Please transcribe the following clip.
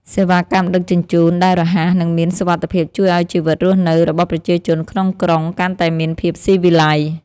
សេវាកម្មដឹកជញ្ជូនដែលរហ័ស និងមានសុវត្ថិភាពជួយឱ្យជីវិតរស់នៅរបស់ប្រជាជនក្នុងក្រុងកាន់តែមានភាពស៊ីវិល័យ។